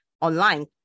online